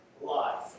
life